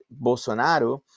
Bolsonaro